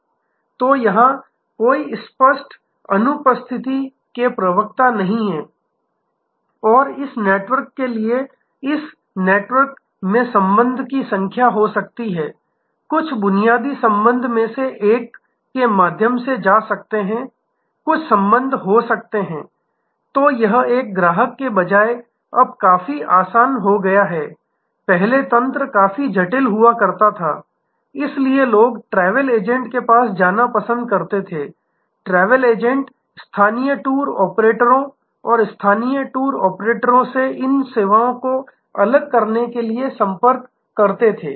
तो यहाँ कोई स्पष्ट अनुपस्थिति के प्रवक्ता नहीं हैं और इस नेटवर्क के लिए इस नेटवर्क में संबंध की संख्या हो सकती है कुछ बुनियादी संबंध में से एक के माध्यम से जा सकते हैं कुछ संबंध हो सकते हैं तो यह एक ग्राहक के लिए अब काफी आसान हो गया है पहले तंत्र काफी जटिल हुआ करता था इसलिए लोग ट्रैवल एजेंट के पास जाना पसंद करते थे ट्रैवल एजेंट स्थानीय टूर ऑपरेटरों और स्थानीय टूर ऑपरेटरों से इन सेवाओं को अलग करने के लिए संपर्क कर सकते थे